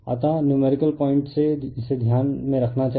अतः numerical point से इसे ध्यान में रखना चाहिए